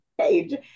page